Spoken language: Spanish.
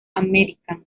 american